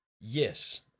Yes